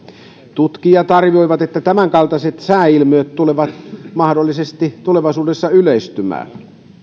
tutkijat arvioivat että tämänkaltaiset sääilmiöt tulevat mahdollisesti tulevaisuudessa yleistymään